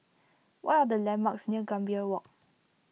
what are the landmarks near Gambir Walk